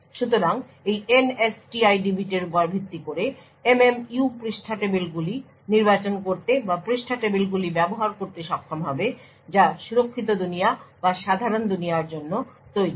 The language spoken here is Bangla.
সুতরাং এই NSTID বিটের উপর ভিত্তি করে MMU পৃষ্ঠা টেবিলগুলি নির্বাচন করতে বা পৃষ্ঠা টেবিলগুলি ব্যবহার করতে সক্ষম হবে যা সুরক্ষিত দুনিয়া বা সাধারণ দুনিয়ার জন্য তৈরি